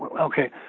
Okay